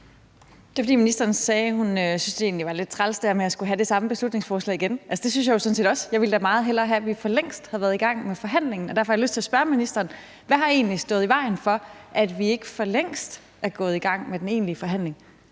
det samme beslutningsforslag igen. Altså, det synes jeg jo sådan set også. Jeg ville da meget hellere have, at vi for længst havde været i gang med forhandlingen, og derfor har jeg lyst til at spørge ministeren: Hvad har egentlig stået i vejen for, at vi ikke for længst er gået i gang med den egentlige forhandling?